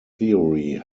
theory